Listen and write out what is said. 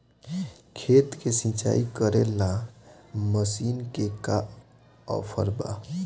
खेत के सिंचाई करेला मशीन के का ऑफर बा?